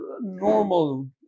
Normal